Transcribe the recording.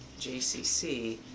JCC